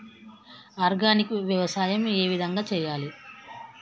Organic వ్యవసాయం ఏ విధంగా చేయాలి?